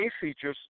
features